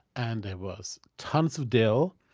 and there was tons of dill,